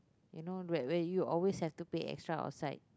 you know where where you always have to pay extra outside